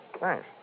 Thanks